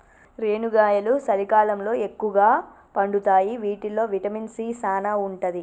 రేనుగాయలు సలికాలంలో ఎక్కుగా పండుతాయి వీటిల్లో విటమిన్ సీ సానా ఉంటది